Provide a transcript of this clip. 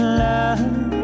love